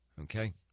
Okay